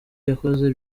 yakoze